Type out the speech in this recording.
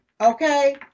okay